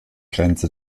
grenze